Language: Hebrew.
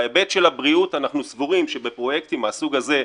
בהיבט של הבריאות אנחנו סבורים שבפרויקטים מהסוג הזה,